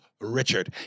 Richard